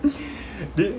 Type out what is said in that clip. this